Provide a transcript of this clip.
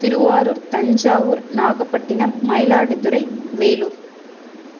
Thiruvarur Thanjavur Nagapattinam Mayiladuthurai Vellore